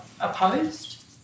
opposed